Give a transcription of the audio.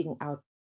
out